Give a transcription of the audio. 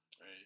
right